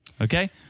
Okay